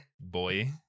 boy